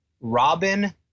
Robin